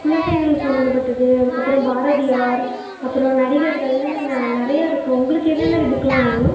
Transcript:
குழந்தைகள் சம்மந்தப்பட்டது அதுக்கப்புறம் பாரதியார் அப்றம் நடிகர்கள் இந்தமாதிரி ந நிறைய இருக்குது உங்களுக்கு என்ன மாரி புக்கெலாம் வேணும்